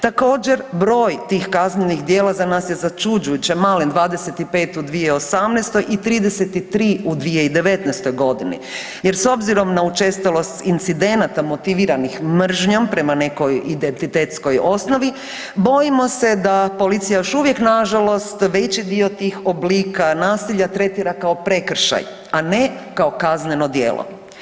Također, broj tih kaznenih djela za nas je začuđujuće malen 25 u 2018. i 33 u 2019. godini jer s obzirom na učestalost incidenata motiviranih mržnjom prema nekoj identitetskoj osnovi bojimo se da policija još uvijek nažalost veći dio tih oblika nasilja tretira kao prekršaj, a ne kao kazneno djelo.